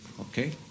Okay